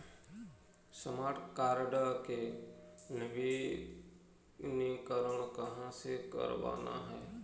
Smart card के नवीनीकरण कहां से करवाना हे?